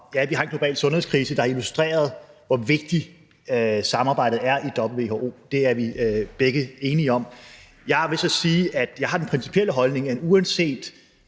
vi har en global sundhedskrise, der har illustreret, hvor vigtigt samarbejdet er i WHO. Det er vi begge enige om. Jeg vil så sige, at jeg har den principielle holdning, at uanset